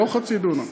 לא חצי דונם,